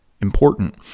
important